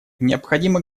необходимо